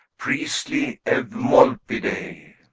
priestly eumolpidae.